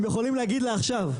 הם יכולים להגיד לה עכשיו,